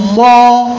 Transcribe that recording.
more